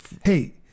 Hey